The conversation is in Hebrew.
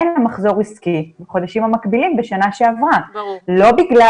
אין לה מחזור עסקי בחודשים המקבילים בשנה שעברה ולא בגלל